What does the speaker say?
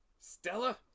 Stella